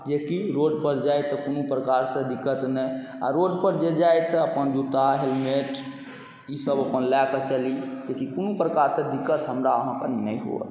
जेकि रोडपर जाइ तऽ कोनो प्रकारसँ दिक्कत नहि आओर रोडपर जे जाइ तऽ अपन जूता हेलमेट ईसब अपन लऽ कऽ चली कियाकि कोनो प्रकारसँ दिक्कत हमरा अहाँके नहि हुअए